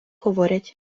говорять